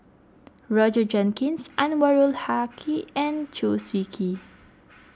Roger Jenkins Anwarul Haque and Chew Swee Kee